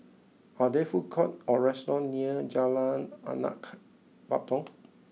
are there food courts or restaurants near Jalan Anak Patong